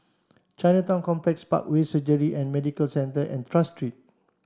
Chinatown Complex Parkway Surgery and Medical Centre and Tras Street